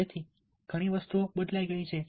તેથી ઘણી વસ્તુઓ બદલાઈ ગઈ છે